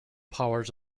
powers